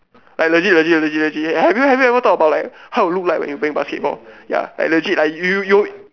like legit legit legit legit legit have you have you ever thought about like how you look like when you're playing basketball ya like legit lah you you you